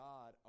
God